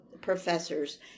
professors